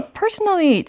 personally